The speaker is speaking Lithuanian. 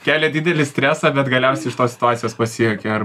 kelia didelį stresą bet galiausiai iš tos situacijos pasijuokia ar